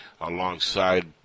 alongside